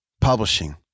publishing